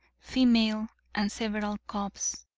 female and several cubs.